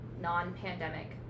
non-pandemic